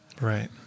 Right